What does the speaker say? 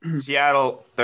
Seattle